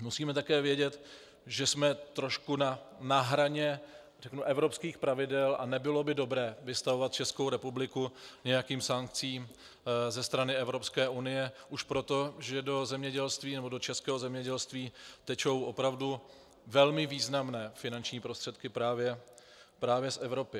Musíme také vědět, že jsme trochu na hraně evropských pravidel, a nebylo by dobré vystavovat Českou republiku nějakým sankcím ze strany Evropské unie už proto, že do zemědělství, do českého zemědělství tečou opravdu velmi významné finanční prostředky právě z Evropy.